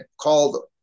called